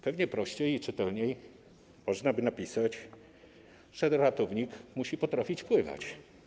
Pewnie prościej i czytelniej można było napisać: ratownik musi potrafić pływać.